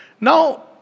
Now